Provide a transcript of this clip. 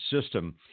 system